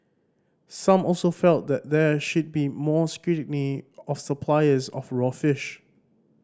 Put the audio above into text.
some also felt that there should be more scrutiny of suppliers of raw fish